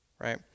right